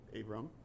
Abram